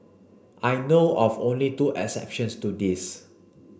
I know of only two exceptions to this